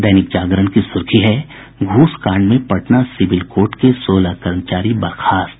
दैनिक जागरण की सुर्खी है घूसकांड में पटना सिविल कोर्ट के सोलह कर्मचारी बर्खास्त